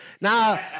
Now